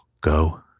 go